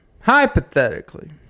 hypothetically